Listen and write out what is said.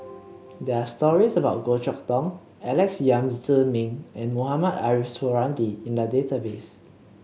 there are stories about Goh Chok Tong Alex Yam Ziming and Mohamed Ariff Suradi in the database